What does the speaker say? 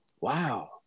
Wow